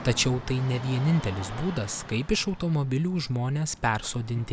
tačiau tai ne vienintelis būdas kaip iš automobilių žmones persodinti